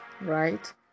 right